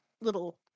little